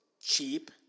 cheap